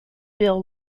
bill